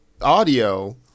audio